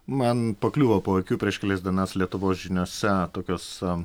man pakliuvo po akių prieš kelias dienas lietuvos žiniose tokios